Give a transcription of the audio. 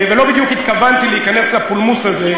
לא בדיוק התכוונתי להיכנס לפולמוס הזה.